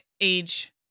age